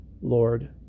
Lord